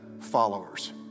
followers